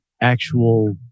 actual